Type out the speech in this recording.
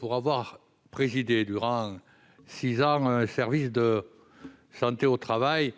Pour avoir présidé durant six ans un service de santé au travail,